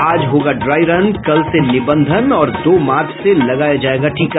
आज होगा dry run कल से निबंधन और दो मार्च से लगाया जायेगा टीका